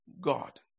God